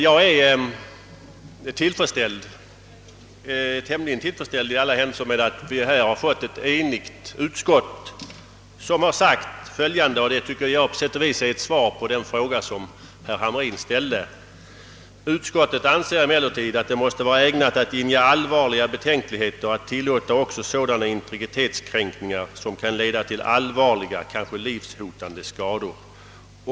Jag är tämligen tillfredsställd med att ett enhälligt utskott har sagt följande, som jag tycker kan vara ett svar på den fråga som herr Hamrin ställde: »Utskottet anser emellertid att det måste vara ägnat att inge allvarliga betänkligheter att tillåta också sådana integritetskränkningar som kan leda till allvarliga, kanske livshotande skador.